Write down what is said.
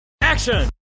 action